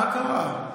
מה קרה?